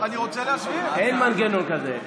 אין מנגנון כזה.